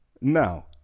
now